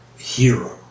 hero